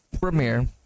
premiere